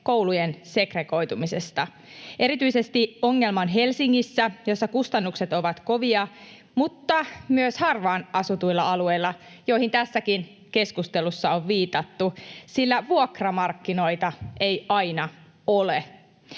koulujen segregoitumisesta. Erityisesti ongelma on Helsingissä, jossa kustannukset ovat kovia, mutta myös harvaan asutuilla alueilla, joihin tässäkin keskustelussa on viitattu, sillä vuokramarkkinoita ei aina ole.